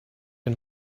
and